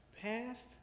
passed